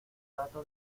rato